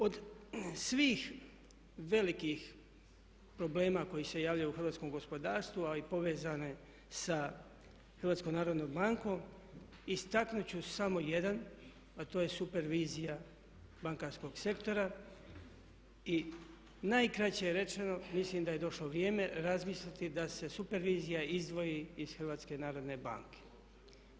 Od svih velikih problema koji se javljaju u hrvatskom gospodarstvu a i povezane sa HNB-om istaknut ću samo jedan, a to je supervizija bankarskog sektora i najkraće rečeno mislim da je došlo vrijeme razmisliti da se supervizija izdvoji iz HNB-a.